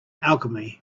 alchemy